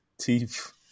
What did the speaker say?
Teeth